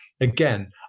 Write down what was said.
Again